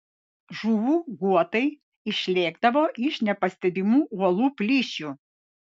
žuvų guotai išlėkdavo iš nepastebimų uolų plyšių